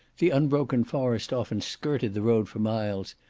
the unbroken forest often skirted the road for miles,